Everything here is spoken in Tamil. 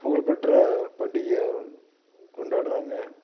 புகழ்பெற்ற பண்டிகையாக கொண்டாடுறாங்க